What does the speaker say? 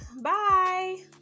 Bye